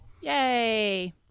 yay